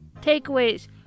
takeaways